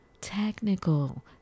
technical